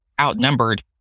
outnumbered